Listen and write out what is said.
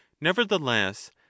nevertheless